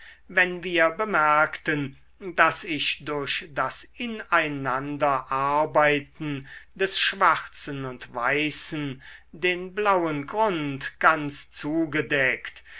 wenn wir bemerkten daß ich durch das ineinanderarbeiten des schwarzen und weißen den blauen grund ganz zugedeckt